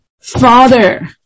father